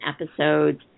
episodes